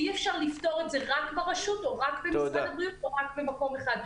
ואי אפשר לפתור את זה רק ברשות או רק במשרד הבריאות או רק במקום אחד.